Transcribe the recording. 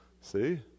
See